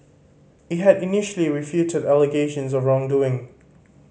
it had initially refuted allegations of wrongdoing